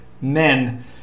Men